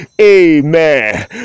Amen